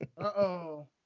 Uh-oh